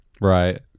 Right